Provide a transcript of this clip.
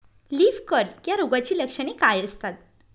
Leaf curl या रोगाची लक्षणे काय असतात?